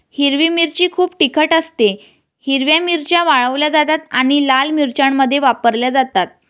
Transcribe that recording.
हिरवी मिरची खूप तिखट असतेः हिरव्या मिरच्या वाळवल्या जातात आणि लाल मिरच्यांमध्ये वापरल्या जातात